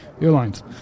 Airlines